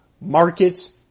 Markets